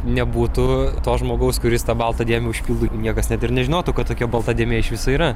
nebūtų to žmogaus kuris tą baltą dėmę užpildo niekas net ir nežinotų kad tokia balta dėmė iš viso yra